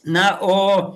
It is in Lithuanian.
na o